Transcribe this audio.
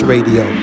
Radio